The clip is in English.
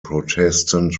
protestant